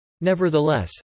Nevertheless